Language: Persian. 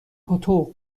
پاتق